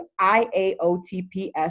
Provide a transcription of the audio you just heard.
IAOTPS